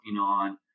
on